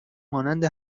مانند